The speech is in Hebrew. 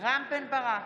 רם בן ברק,